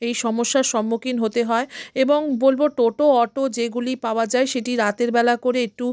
এই সমস্যার সম্মুখীন হতে হয় এবং বলব টোটো অটো যেগুলি পাওয়া যায় সেটি রাতেরবেলা করে একটু